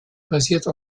basierte